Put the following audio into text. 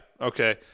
Okay